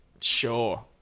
Sure